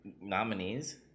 nominees